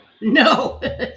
No